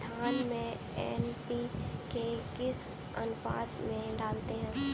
धान में एन.पी.के किस अनुपात में डालते हैं?